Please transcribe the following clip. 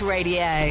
Radio